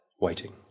waiting